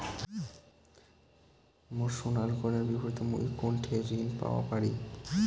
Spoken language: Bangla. মোর সোনার গয়নার বিপরীতে মুই কোনঠে ঋণ পাওয়া পারি?